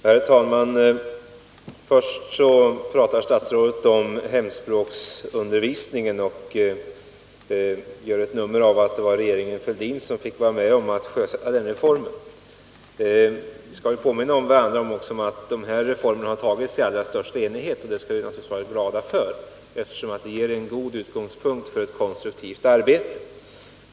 Herr talman! Inledningsvis talar statsrådet om hemspråksundervisningen och gör ett nummer av att det var regeringen Fälldin som var med om att sjösätta hemspråksreformen. Men vi kan väl ändå påminna varandra om att beslut om dessa reformer fattats i allra största enighet. Det skall vi naturligtvis vara glada för, eftersom det är en god utgångspunkt för ett konstruktivt arbete.